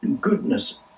goodness